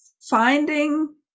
finding